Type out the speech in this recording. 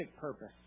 purpose